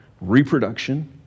reproduction